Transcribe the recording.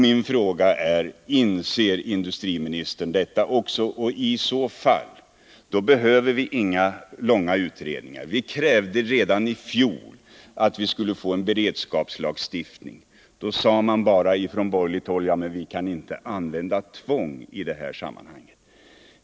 Min fråga är: Inser industriministern detta också? I så fall behöver vi inga långa utredningar. Vi krävde redan i fjol att vi skulle få en beredskapslagstiftning. Då sade man bara från borgerligt håll: Ja, men vi kan inte använda tvång i det här sammanhanget.